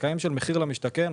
הזכאים של מחיר למשתכן,